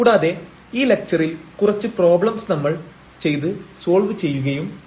കൂടാതെ ഈ ലക്ച്ചറിൽ കുറച്ച് പ്രശ്നങ്ങൾ നമ്മൾ ചെയ്ത് സോൾവ് ചെയ്യുകയും ചെയ്യും